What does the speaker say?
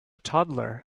toddler